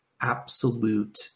absolute